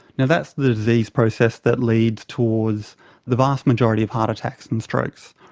you know that's the disease process that leads towards the vast majority of heart attacks and strokes.